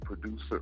producer